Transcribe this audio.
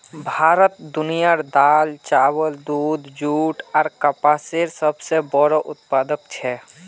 भारत दुनियार दाल, चावल, दूध, जुट आर कपसेर सबसे बोड़ो उत्पादक छे